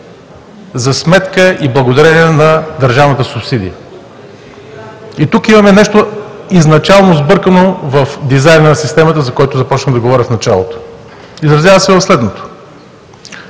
за сметка и благодарение на държавната субсидия. Тук имаме нещо изначално сбъркано в дизайна на системата, за който започнах да говоря в началото. Изразява се в следното: